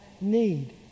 need